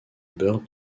bird